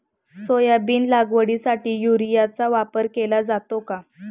Soybean लागवडीसाठी युरियाचा वापर केला जातो का?